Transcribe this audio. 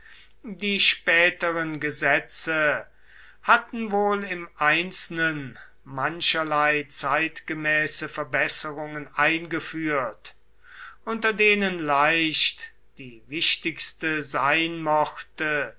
die späteren gesetze hatten wohl im einzelnen mancherlei zeitgemäße verbesserungen eingeführt unter denen leicht die wichtigste sein mochte